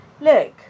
Look